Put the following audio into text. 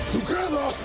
Together